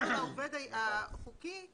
גם לעובד החוקי,